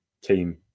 team